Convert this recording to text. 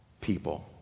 people